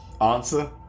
answer